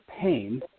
pain